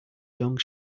long